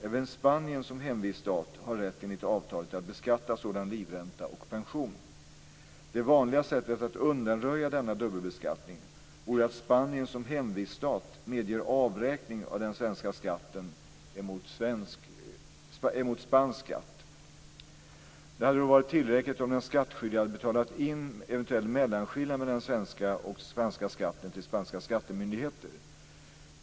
Även Spanien som hemviststat har rätt enligt avtalet att beskatta sådan livränta och pension. Det vanliga sättet att undanröja denna dubbelbeskattning vore att Spanien som hemviststat medger avräkning av den svenska skatten emot spansk skatt. Det hade då varit tillräckligt om den skattskyldige hade betalat in eventuell mellanskillnad mellan den svenska och spanska skatten till spanska skattemyndigheter.